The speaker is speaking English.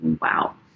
wow